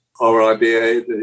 RIBA